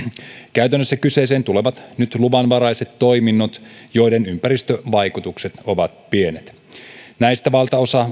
käytännössä kyseeseen tulevat nyt luvanvaraiset toiminnot joiden ympäristövaikutukset ovat pienet näistä valtaosa